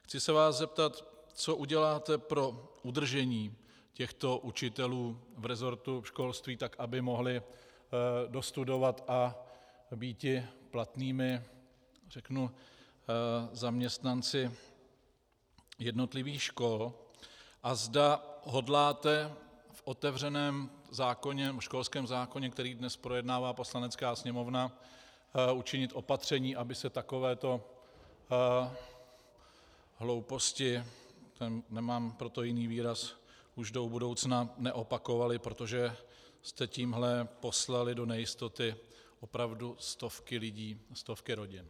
Chci se vás zeptat, co uděláte pro udržení těchto učitelů v resortu školství tak, aby mohli dostudovat a býti platnými zaměstnanci jednotlivých škol, a zda hodláte v otevřeném zákoně nebo školském zákoně, který dnes projednává Poslanecká sněmovna, učinit opatření, aby se takovéto hlouposti nemám pro to jiný výraz už do budoucna neopakovaly, protože jste tímto poslali do nejistoty opravdu stovky lidí a stovky rodin.